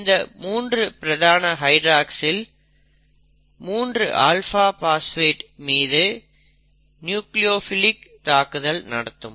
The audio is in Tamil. இந்த 3 பிரதான ஹைட்ராக்ஸில் முதல் ஆல்பா பாஸ்பேட் மீது நியூக்ளியோபிலிக் தாக்குதல் நடத்தும்